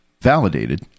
validated